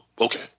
okay